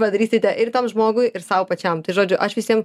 padarysite ir tam žmogui ir sau pačiam tai žodžiu aš visiem